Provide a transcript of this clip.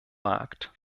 markt